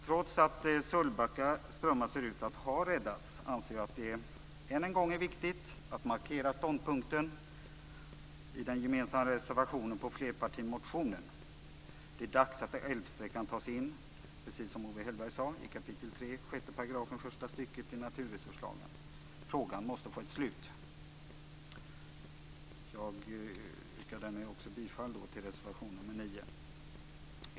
Trots att Sölvbacka strömmar ser ut att ha räddats anser jag att det än en gång är viktigt att markera ståndpunkten i den gemensamma reservationen på flerpartimotionen. Det är dags att älvsträckan tas in, precis som Owe Hellberg sade, i 3 kap. 6 § första stycket i naturresurslagen. Frågan måste få ett slut. Jag yrkar därmed också bifall till reservation 9.